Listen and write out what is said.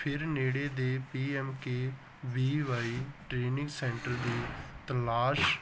ਫਿਰ ਨੇੜੇ ਦੇ ਪੀਐਮਕੇਵੀਵਾਈ ਟਰੇਨਿੰਗ ਸੈਂਟਰ ਦੀ ਤਲਾਸ਼